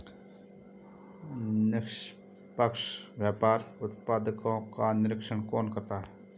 निष्पक्ष व्यापार उत्पादकों का निरीक्षण कौन करता है?